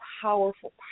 powerful